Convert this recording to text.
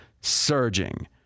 surging